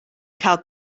cael